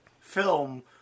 film